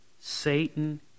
Satan